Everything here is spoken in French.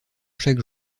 chaque